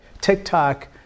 TikTok